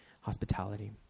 hospitality